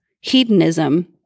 hedonism